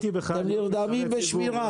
אתם נרדמים בשמירה.